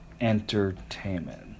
entertainment